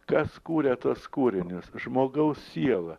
kas kuria tuos kūrinius žmogaus siela